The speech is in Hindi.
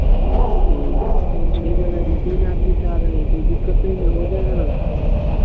तो ठीक है ना दो तीन आदमी जा रहे हैं कोई दिक्कत नहीं ना हो जाएगा ना